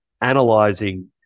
analyzing